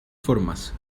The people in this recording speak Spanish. formas